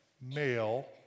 male